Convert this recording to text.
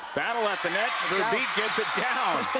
battle at the net veerbeek gets it down.